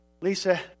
Lisa